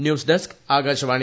news desk Akashvani